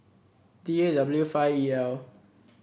D A W five E L